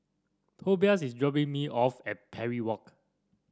Tobias is dropping me off at Parry Walk